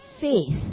faith